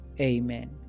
amen